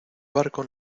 barco